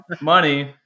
money